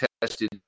tested